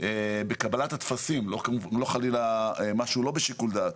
בקבלת הטפסים, לא חלילה משהו לא בשיקול דעת.